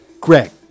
Greg